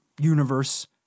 universe